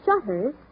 shutters